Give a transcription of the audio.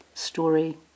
Story